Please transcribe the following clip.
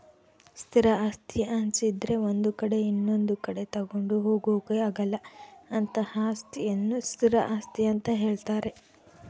ಸ್ಥಿರ ಆಸ್ತಿ ಅನ್ನಿಸದ್ರೆ ಒಂದು ಕಡೆ ಇನೊಂದು ಕಡೆ ತಗೊಂಡು ಹೋಗೋಕೆ ಆಗಲ್ಲ ಅಂತಹ ಅಸ್ತಿಯನ್ನು ಸ್ಥಿರ ಆಸ್ತಿ ಅಂತ ಹೇಳ್ತಾರೆ